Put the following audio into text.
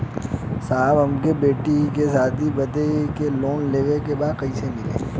साहब हमरे बेटी के शादी बदे के लोन लेवे के बा कइसे मिलि?